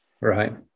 Right